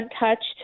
untouched